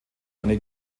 einer